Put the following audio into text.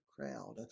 crowd